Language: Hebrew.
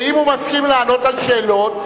ואם הוא מסכים לענות על השאלות,